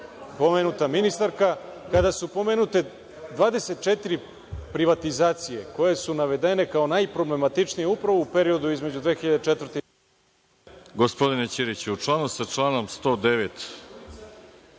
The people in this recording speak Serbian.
pomenuta ministarka, kada su pomenute 24 privatizacije koje su navedene kao najproblematičnije upravo u periodu između 2004. godine…